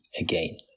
again